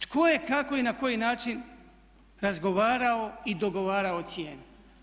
Tko je, kako i na koji način razgovarao i dogovarao cijene?